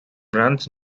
brands